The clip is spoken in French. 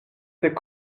fait